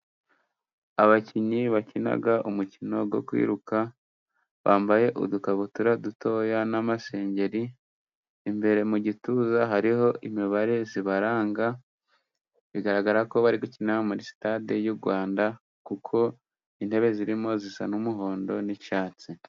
Abakinnyi bakina umukino wo kwiruka, bambaye udukabutura duto n'amasengeri. Imbere mu gituza hariho imibare ibaranga, bigaragara ko bari gukinira muri sitade y'u Rwanda, kuko intebe zirimo zisa n'umuhondo n'icyatsi.